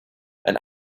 and